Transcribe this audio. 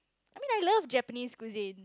I mean I love Japanese cuisine